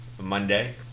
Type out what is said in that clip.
Monday